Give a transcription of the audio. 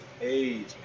age